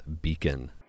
Beacon